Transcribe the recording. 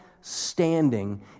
standing